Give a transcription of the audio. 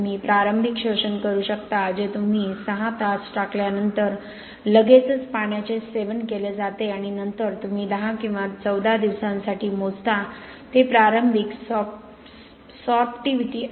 तुम्ही प्रारंभिक शोषण करू शकता जे तुम्ही 6 तास टाकल्यानंतर लगेचच पाण्याचे सेवन केले जाते आणि नंतर तुम्ही 10 किंवा 14 दिवसांसाठी मोजता ते प्रारंभिक सॉर्पटीविटी